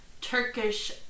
Turkish